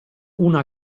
una